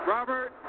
Robert